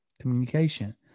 communication